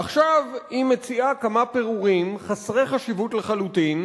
עכשיו היא מציעה כמה פירורים חסרי חשיבות לחלוטין,